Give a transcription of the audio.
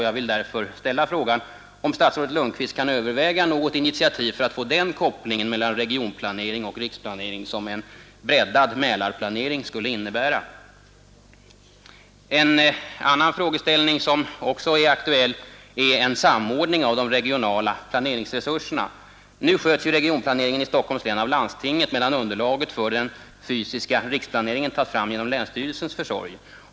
Jag vill därför fråga om statsrådet Lundkvist överväger något initiativ för att åstadkomma den koppling mellan regionplanering och riksplanering som en bred Mälarplanering skulle innebära. En annan fråga som också är aktuell gäller samordningen av de regionala planeringsresurserna. Nu sköts regionplaneringen i Stockholms län av landstinget, medan underlaget för den fysiska riksplaneringen tas fram genom länsstyrelsens försorg.